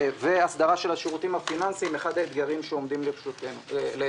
והסדרה של השירותים הפיננסיים זה אחד האתגרים שעומדים לפתחנו.